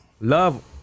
love